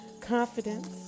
Confidence